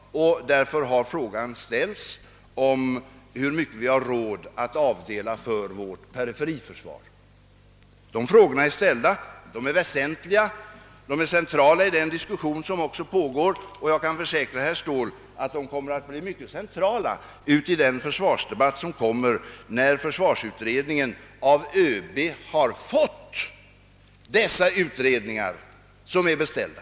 Därför har frågan ställts om hur mycket vi har råd att avdela för vårt perifera försvar. Dessa frågor är ställda. De är väsentliga, centrala i den diskussion som också pågår, och jag kan försäkra herr Ståhl att de kommer att bli mycket centrala också i den försvarsdebatt som kommer när försvarsutredningen av ÖB har fått de utredningar som är beställda.